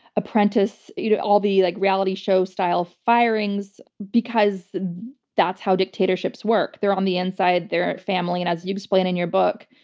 apprentices, you know all the like reality show style firings because that's how dictatorships work. they're on the inside. they're family. and as you explain in your book,